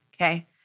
okay